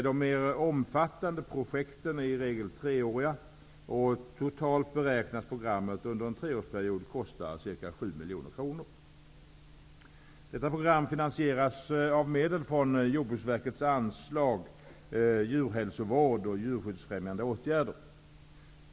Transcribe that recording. De mer omfattande projekten är i regel treåriga, och totalt beräknas programmet under en treårsperiod kosta ca 7 miljoner kronor. Detta program finansieras av medel från Jordbruksverkets anslag Djurhälsovård och djurskyddsfrämjande åtgärder.